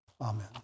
Amen